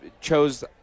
chose